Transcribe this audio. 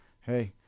hey